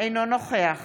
אינו נוכח